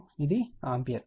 కాబట్టి ఇది ఆంపియర్